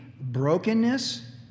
brokenness